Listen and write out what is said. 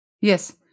Yes